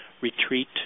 retreat